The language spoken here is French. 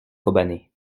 kobané